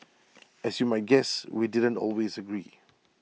as you might guess we didn't always agree